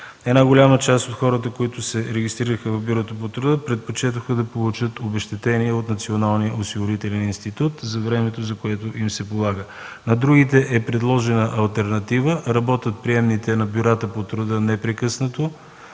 Голяма част от хората, които се регистрираха в Бюрото по труда, предпочетоха да получат обезщетение от Националния осигурителен институт за времето, за което им се полага. На другите е предложена алтернатива. Бюрата по труда в Карлово